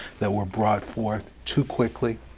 that were brought forth too quickly,